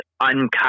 uncut